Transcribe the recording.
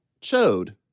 chode